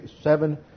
seven